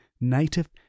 native